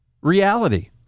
reality